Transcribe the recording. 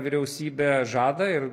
vyriausybė žada ir